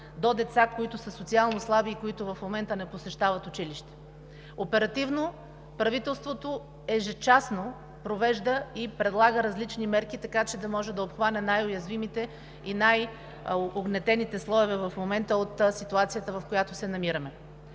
до децата, които са социално слаби и които в момента не посещават училище. Оперативно правителството ежечасно предлага и провежда различни мерки, така че да може да обхване най-уязвимите и най угнетените слоеве в момента от ситуацията, в която се намираме.